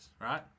right